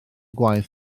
gwaith